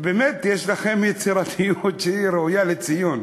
באמת יש לכם יצירתית ראויה לציון.